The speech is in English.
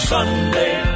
Sunday